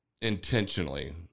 intentionally